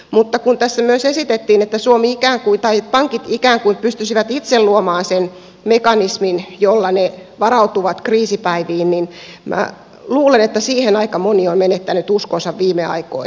mutta kun tässä myös esitettiin että pankit ikään kuin pystyisivät itse luomaan sen mekanismin jolla ne varautuvat kriisipäiviin niin minä luulen että siihen aika moni on menettänyt uskonsa viime aikoina